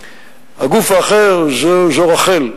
הגוף האחר זו רח"ל,